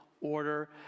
order